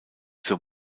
zur